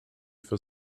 for